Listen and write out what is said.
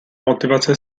motivace